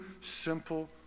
simple